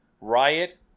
Riot